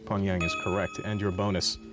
pyongyang is correct. and your bonus.